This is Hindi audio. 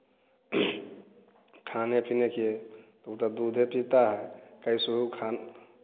खाने पीने के लिए उनका दूध ही पीता है कैसे वह खाना